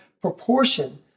proportion